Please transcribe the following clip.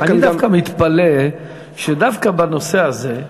אני דווקא מתפלא שדווקא בנושא הזה,